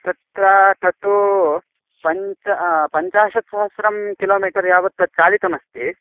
तत्र तत्तु पञ्च पञ्चाशत् सहस्रं किलोमिटर् यावत् चालितमस्ति